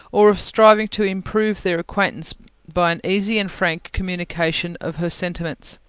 or of striving to improve their acquaintance by an easy and frank communication of her sentiments.